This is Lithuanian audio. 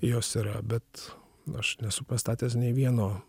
jos yra bet aš nesu pastatęs nei vieno